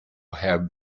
had